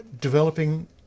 developing